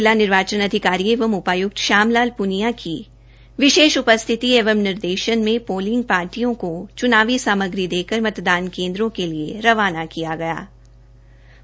जिला निर्वाचन अधिकारी एवं उपाय्क्त श्याम लाल पुनिया की विशेष उपस्थिति एवं पोलिंग पार्टियों को च्नावी सामग्री देकर मतदान केंद्रों के लिए रवाना किया गया है